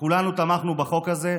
שכולנו תמכנו בחוק הזה.